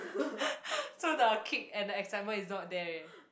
so the kick and the excitement is not there